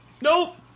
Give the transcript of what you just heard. nope